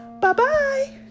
Bye-bye